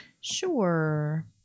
Sure